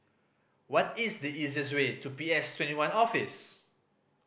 what is the easiest way to P S Twenty one Office